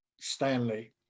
stanley